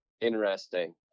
interesting